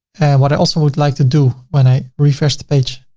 what i also would like to do when i refresh the page.